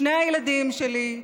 שני הילדים שלי,